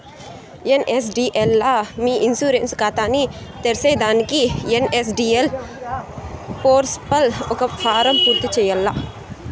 NSDL లా మీ insurance కాతాని తెర్సేదానికి ఎన్.ఎస్.డి.ఎల్ పోర్పల్ల ఒక ఫారం పూర్తి చేయాల్ల